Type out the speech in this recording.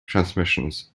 transmissions